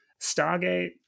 Stargate